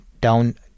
down